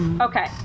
Okay